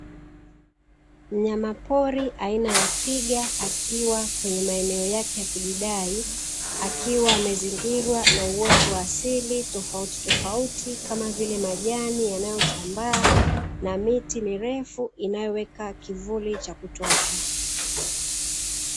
Mnyapori aina ya twiga akiwa kwenye maeneo yake yakujidai akiwa kwenye uoto wa asili na miti mirefu inayotoa kivuli cha kutosha